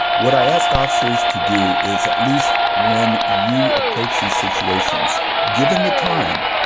what i ask officers to do is at least when you approach these situations, given the time,